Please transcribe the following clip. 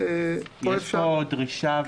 יש פה דרישה,